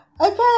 okay